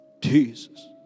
Jesus